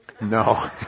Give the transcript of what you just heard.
No